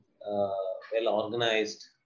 well-organized